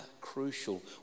crucial